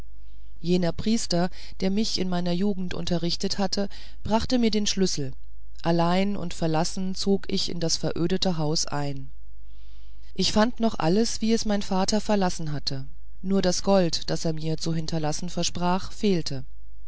jener priester der mich in meiner jugend unterrichtet hatte brachte mir den schlüssel allein und verlassen zog ich in das verödete haus ein ich fand noch alles wie es mein vater verlassen hatte nur das gold das er mir zu hinterlassen versprach fehlte